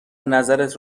نظرت